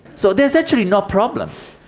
so there's actually no problem.